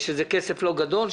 שזה כסף לא גדול.